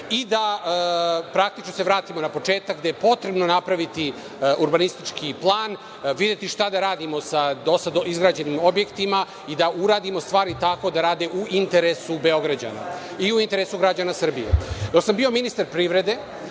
i da praktično se vratimo na početak, gde je potrebno napraviti urbanistički plan, videti šta da radimo sa do sada izgrađenim objektima i da uredimo stvari tako da rade u interesu Beograđana i građana Srbije. Dok sam bio ministar privrede,